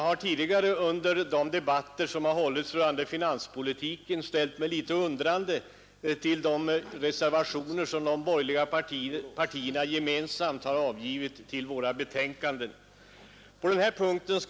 Herr talman! Under de debatter som hållits rörande finanspolitiken tidigare har jag ställt mig litet undrande till de reservationer som de borgerliga partierna gemensamt har avgivit till våra betänkanden.